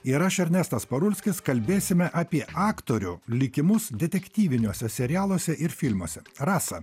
ir aš ernestas parulskis kalbėsime apie aktorių likimus detektyviniuose serialuose ir filmuose rasa